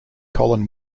colin